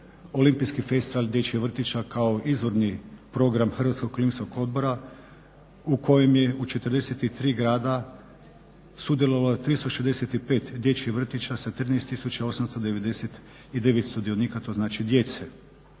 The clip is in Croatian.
olimpijski festival dječjih vrtića kao izvorni program Hrvatskog olimpijskog odbora u kojem je u 43 grada sudjelovalo 365 dječjih vrtića sa 13 899 sudionika, to znači djece.